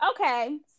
okay